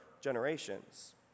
generations